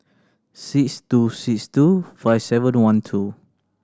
six two six two five seven one two